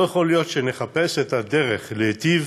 לא יכול להיות שנחפש את הדרך להיטיב